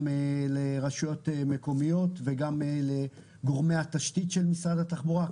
לרשויות מקומיות וגם לגורמי התשתית של משרד התחבורה.